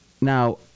Now